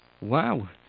Wow